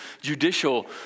judicial